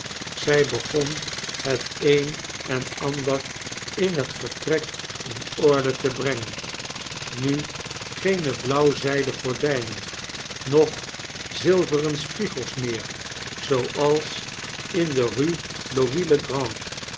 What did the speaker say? zij begon het een en ander in het vertrek in ordete brengen nugeeneblauw zijden gordijnen noch zilveren spiegels meer zooals in de rue louis